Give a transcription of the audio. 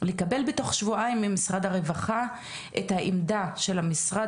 לקבל בתוך שבועיים ממשרד הרווחה את העמדה של המשרד